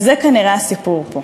וזה כנראה הסיפור פה.